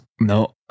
no